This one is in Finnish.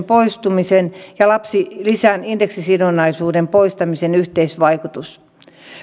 poistumisen ja lapsilisän indeksisidonnaisuuden poistamisen yhteisvaikutus